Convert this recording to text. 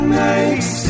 makes